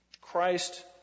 Christ